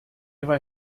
vai